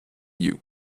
you